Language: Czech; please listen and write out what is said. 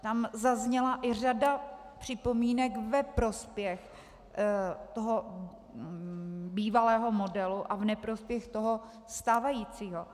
Tam zazněla i řada připomínek ve prospěch bývalého modelu a v neprospěch toho stávajícího.